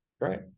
Right